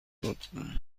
لطفا